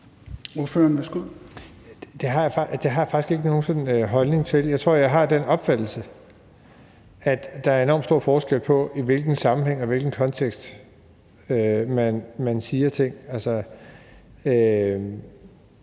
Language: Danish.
Det har jeg ikke nogen sådan holdning til. Jeg tror, at jeg har den opfattelse, at der er enormt stor forskel på, i hvilken sammenhæng og i hvilken kontekst man siger ting.